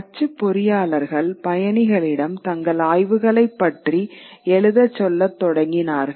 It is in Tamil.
அச்சுப் பொறியாளர்கள் பயணிகளிடம் தங்கள் ஆய்வுகளைப் பற்றி எழுதச் சொல்லத் தொடங்கினார்கள்